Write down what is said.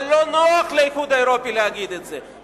אבל לא נוח לאיחוד האירופי להגיד את זה,